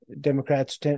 Democrats